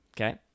Okay